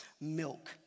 milk